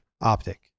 optic